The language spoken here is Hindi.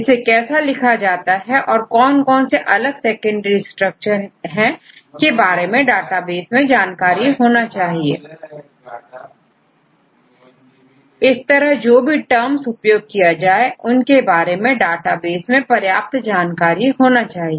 इसे कैसे लिखा जाता है और कौन कौन से अलग सेकेंडरी स्ट्रक्चर है के बारे में डेटाबेस में जानकारी होना चाहिए इस तरह जो भी टर्म्स उपयोग किए जाएं उनके बारे में डेटाबेस में पर्याप्त जानकारी होना चाहिए